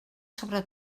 sobre